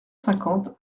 cinquante